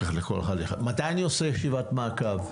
מתי אני עושה ישיבת מעקב?